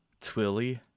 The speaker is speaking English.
Twilly